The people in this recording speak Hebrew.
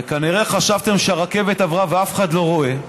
וכנראה חשבתם שהרכבת עברה ואף אחד לא רואה.